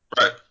right